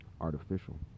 artificial